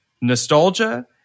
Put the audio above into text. nostalgia